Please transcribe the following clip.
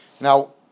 Now